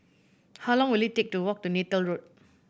how long will it take to walk to Neythal Road